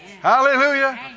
Hallelujah